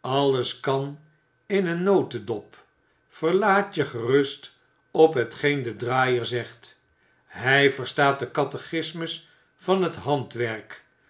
alles kan in een notedop verlaat je gerust op hetgeen de draaier zegt hij verstaat de catechismus van het handwerk